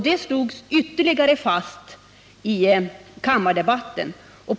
Detta slogs ytterligare fast i kammardebatten den 20 december.